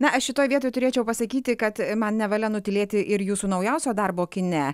na aš šitoj vietoj turėčiau pasakyti kad man nevalia nutylėti ir jūsų naujausio darbo kine